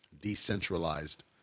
decentralized